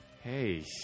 Hey